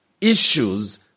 issues